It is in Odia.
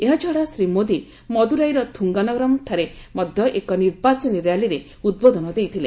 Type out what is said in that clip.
ଏହାଛଡା ଶ୍ରୀ ମୋଦୀ ମଦୁରାଇର ଥୁଙ୍ଗାନଗରମ୍ରେ ମଧ୍ୟ ଏକ ନିର୍ବାଚନୀ ରାଲିରେ ଉଦ୍ବୋଧନ ଦେଇଥିଲେ